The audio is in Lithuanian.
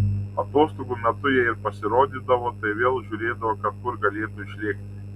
atostogų metu jei ir pasirodydavo tai vėl žiūrėdavo kad kur galėtų išlėkti